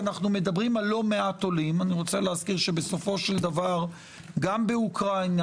ואנו מדברים על לא מעט עולים בסופו של דבר גם באוקראינה,